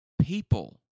people